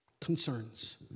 concerns